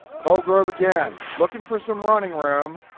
colgrove again looking for some running room.